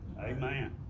Amen